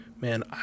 man